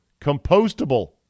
compostable